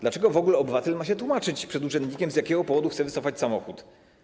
Dlaczego w ogóle obywatel ma się tłumaczyć przed urzędnikiem, z jakiego powodu chce wycofać samochód?